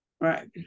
right